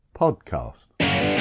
Podcast